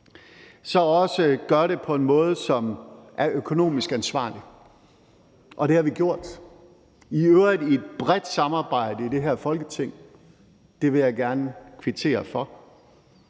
så også gør det på en måde, som er økonomisk ansvarlig. Og det har vi gjort, i øvrigt i et bredt samarbejde i det her Folketing. Det vil jeg gerne kvittere for.